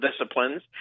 disciplines